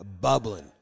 bubbling